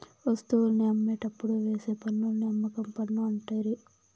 వస్తువుల్ని అమ్మేటప్పుడు వేసే పన్నుని అమ్మకం పన్ను అంటిరి